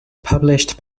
published